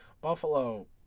Buffalo